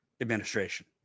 administration